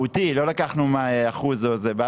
מהותי, לא לקחנו אחוז או זה.